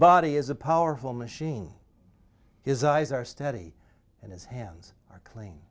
body is a powerful machine his eyes are steady and his hands are clean